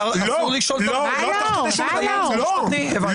אסור לשאול --- לא, לא.